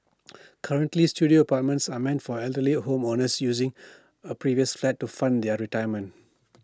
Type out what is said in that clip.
currently Studio apartments are meant for elderly home owners using A previous flat to fund their retirement